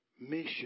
mission